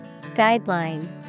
Guideline